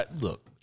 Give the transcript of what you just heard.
Look